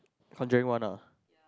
conjuring one ah